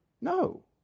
No